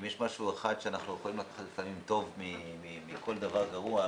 אם יש משהו אחד שאנחנו יכולים לקחת כמשהו טוב מכל דבר גרוע,